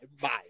bye